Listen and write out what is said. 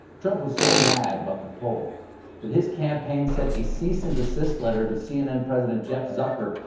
trump was so mad about the poll that his campaign sent a cease and desist letter to cnn president jeff zucker,